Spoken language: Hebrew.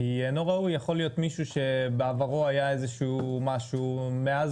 כי אינו ראוי יכול להיות מישהו שבעברו היה איזה שהוא משהו ומאז